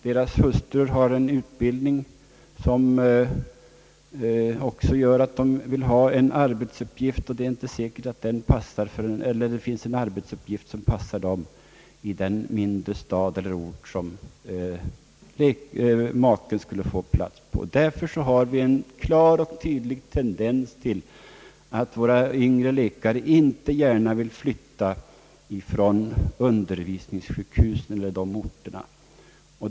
Deras hustrur har en utbildning som också gör att de vill ha en arbetsuppgift, och det är inte lätt att finna en sådan som passar dem i den mindre stad eller ort som maken skulle få plats på. Därför har vi en klar och tydlig tendens till att våra yngre läkare inte gärna vill flytta från de orter där undervisningssjukhusen är belägna.